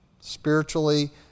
spiritually